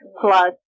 plus